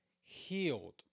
healed